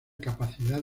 capacidad